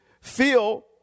feel